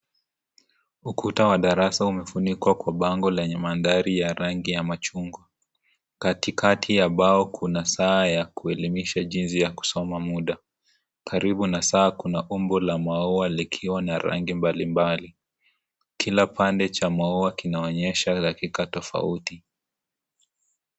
Ukuta wa darasa umefunikwa kwa bango lenye mandhari ya rangi ya machungwa katikati ya bao kuna saa ya kuelimisha jinsi ya kusoma muda karibu na saa kuna umbo la maua likiwa na rangi mbali mbali kila pande cha maua kinaonyesha dakika tofauti.